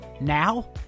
Now